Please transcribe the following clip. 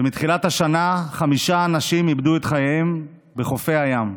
ומתחילת השנה חמישה אנשים איבדו את חייהם בחופי הים.